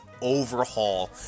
overhaul